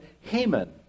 Haman